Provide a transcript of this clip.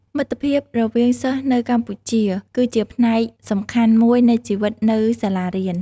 មិត្តភាពរវាងសិស្សនៅកម្ពុជាគឺជាផ្នែកសំខាន់មួយនៃជីវិតនៅសាលារៀន។